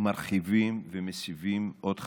מרחיבים ומסבים עוד חדרים.